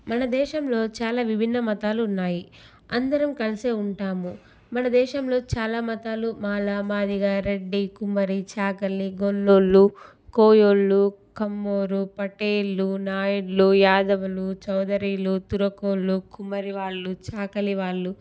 మనదేశంలో చాలా విభిన్న మతాలు ఉన్నాయి అందరం కలిసే ఉంటాము మన దేశంలో చాలా మతాలు మాల మాదిగ రెడ్డి కుమ్మరి చాకలి గొల్లోళ్ళు కోయోళ్ళు కమ్మోరు పటేళ్ళు నాయిడ్లు యాదవులు చౌదరీలు తురకోళ్ళు కుమ్మరి వాళ్ళు చాకలి వాళ్ళు